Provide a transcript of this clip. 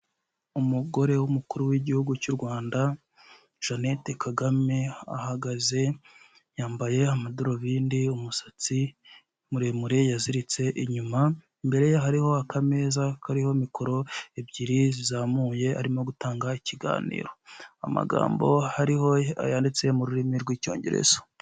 Umugore w'umukuru w'igihugu cy'u Rwanda Jeannette Kagame, ahagaze yambaye amadarubindi umusatsi muremure yaziritse inyuma, imbere ye hariho akameza kariho mikoro ebyiri zizamuye, arimo gutanga ikiganiro, amagambo hariho ayanditse mu rurimi rw'Icyongereza.